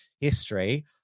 history